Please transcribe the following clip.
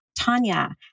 Tanya